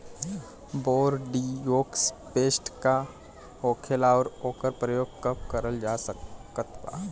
Bordeaux paste का होखेला और ओकर प्रयोग कब करल जा सकत बा?